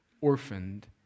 orphaned